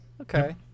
Okay